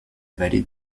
vallée